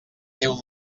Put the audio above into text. déu